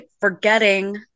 forgetting